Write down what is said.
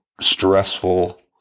stressful